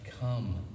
come